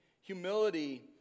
humility